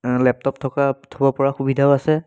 laptop থকা থ'ব পৰা সুবিধাও আছে